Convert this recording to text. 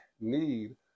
need